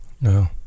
No